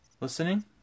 listening